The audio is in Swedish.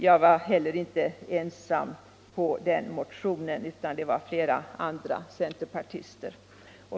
Jag var heller inte ensam centerpartist bakom den motionen.